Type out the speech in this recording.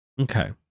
Okay